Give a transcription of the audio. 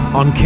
on